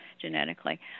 genetically